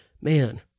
Man